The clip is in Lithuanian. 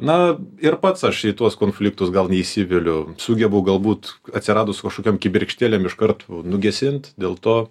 na ir pats aš į tuos konfliktus gal neįsiveliu sugebu galbūt atsiradus kažkokiam kibirkštėlėm iš kart nugesint dėl to